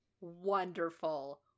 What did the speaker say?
wonderful